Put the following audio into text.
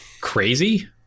crazy